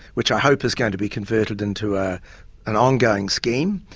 which i hope is going to be converted into ah an ongoing scheme.